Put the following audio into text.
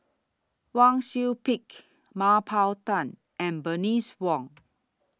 Wang Sui Pick Mah Bow Tan and Bernice Wong